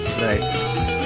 Right